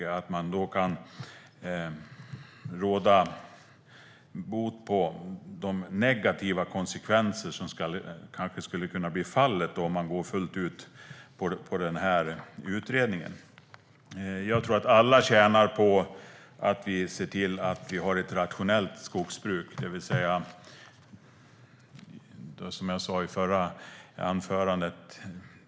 Jag hoppas att man kan undvika de negativa konsekvenser som kanske skulle kunna bli fallet om man går på utredningens förslag fullt ut. Jag tror att alla tjänar på att vi ser till att vi har ett rationellt skogsbruk. Skogsbruket är något otroligt långsiktigt, som jag sa i förra anförandet.